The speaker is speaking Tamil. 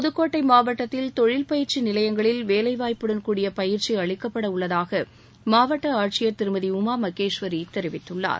புதுக்கோட்டை மாவட்டத்தில் தொழில் பயிற்சி நிலையங்களில் வேலைவாய்ப்புடன் கூடிய பயிற்சி அளிக்கப்பட உள்ளதாக மாவட்ட ஆட்சியர் திருமதி உமாமகேஷ்வரி தெரிவித்துள்ளார்